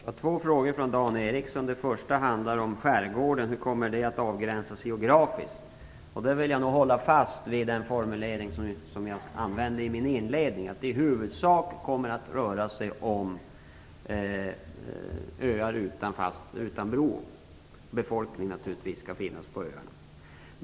Fru talman! Dan Ericsson ställde två frågor. Den första handlade om skärgården, om hur skärgården kommer att avgränsas geografiskt. Jag vill då hålla fast vid den formulering som jag använde i min inledning. I huvudsak kommer det att röra sig om öar utan broförbindelse, och naturligtvis skall det finnas befolkning på öarna.